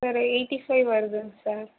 sir eighty five வருதுங்க sir